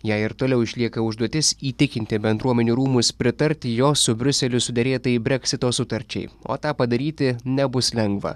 jai ir toliau išlieka užduotis įtikinti bendruomenių rūmus pritarti jos su briuseliu suderėtai breksito sutarčiai o tą padaryti nebus lengva